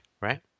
right